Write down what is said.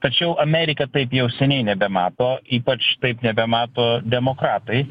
tačiau amerika taip jau seniai nebemato ypač taip nebemato demokratai